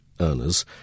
earners